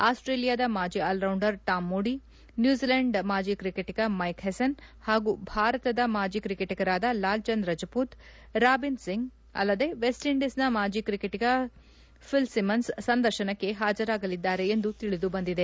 ಆಸ್ವೇಲಿಯಾದ ಮಾಜಿ allrounder Tom Moody New Zealand ಮಾಜಿ ಕ್ರಿಕೆಟಗ ಮೈಕ್ ಹೆಸನ್ ಹಾಗೂ ಭಾರತದ ಮಾಜಿ ಕ್ರಿಕೆಟಗರಾದ ಲಾಲ್ಚಂದ್ ರಜಪೂತ್ ರಾಬಿನ್ ಸಿಂಗ್ ಅಲ್ಲದೇ ವೆಚ್ಚ್ ಇಂಡೀಸ್ನ ಮಾಜಿ ಕ್ರಿಕೆಟಿಗ ಫಿಲ್ ಸಿಮನ್ಸ್ ಸಂದರ್ಶನಕ್ಕೆ ಹಾಜರಾಗಲಿದ್ದಾರೆ ಎಂದು ತಿಳಿದುಬಂದಿದೆ